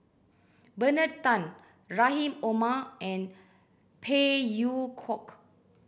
Bernard Tan Rahim Omar and Phey Yew Kok